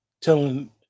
telling